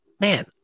man